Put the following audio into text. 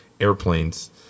airplanes